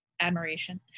admiration